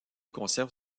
conserve